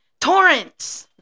Torrents